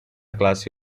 classe